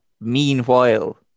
Meanwhile